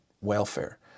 welfare